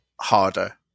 harder